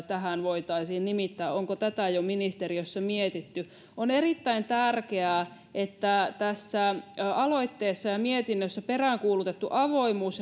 tähän voitaisiin nimittää onko tätä jo ministeriössä mietitty on erittäin tärkeää että tässä aloitteessa ja mietinnössä peräänkuulutettu avoimuus